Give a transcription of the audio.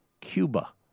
Cuba